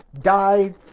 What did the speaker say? died